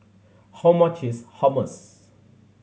how much is Hummus